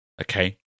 okay